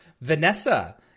Vanessa